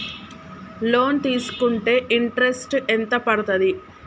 Loan తీస్కుంటే interest ఎంత పడ్తది?